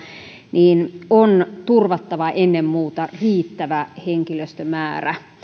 niin on turvattava ennen muuta riittävä henkilöstömäärä